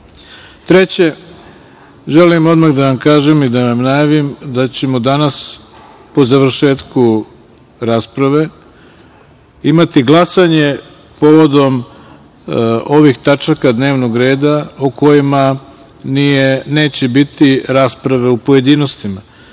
danas. Treće, želim odmah da vam kažem i da vam najavim da ćemo danas po završetku rasprave imati glasanje povodom ovih tačaka dnevnog reda o kojima neće biti rasprave u pojedinostima.